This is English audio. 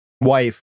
wife